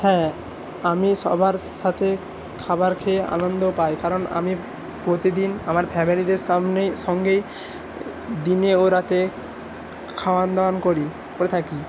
হ্যাঁ আমি সবার সাথে খাবার খেয়ে আনন্দ পাই কারণ আমি প্রতিদিন আমার ফ্যামিলিদের সামনেই সঙ্গেই দিনে ও রাতে খাওয়া দাওয়া করি করে থাকি